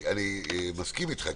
אני מסכים איתך,